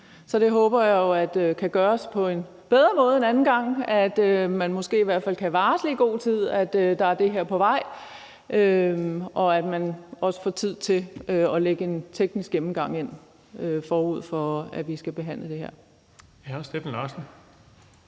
Så det håber jeg jo kan gøres på en bedre måde en anden gang, og at man måske i hvert fald kan varsle i god tid, at der er det her på vej, og at man også får tid til at lægge en teknisk gennemgang ind, forud for at vi skal behandle det her. Kl. 19:44 Den